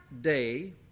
day